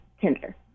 Tinder